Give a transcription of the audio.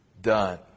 done